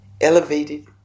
elevated